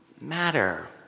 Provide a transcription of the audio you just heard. matter